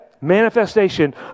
manifestation